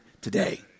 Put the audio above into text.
today